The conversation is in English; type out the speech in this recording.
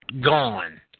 Gone